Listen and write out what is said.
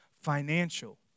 Financial